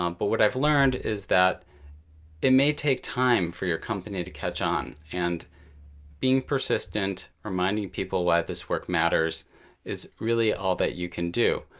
um but what i've learned is that it may take time for your company to catch on, and being persistent, reminding people why this work matters is really all that you can do,